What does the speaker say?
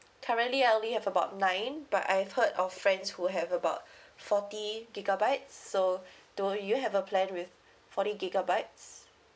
currently I only have about nine but I've heard of friends who have about forty gigabytes so do you have a plan with forty gigabytes